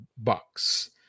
bucks